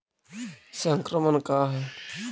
संक्रमण का है?